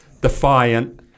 defiant